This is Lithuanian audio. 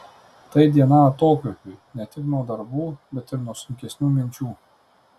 tai diena atokvėpiui ne tik nuo darbų bet ir nuo sunkesnių minčių